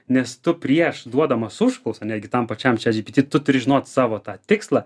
nes tu prieš duodamas užklausą netgi tam pačiam chatgpt tu turi žinot savo tą tikslą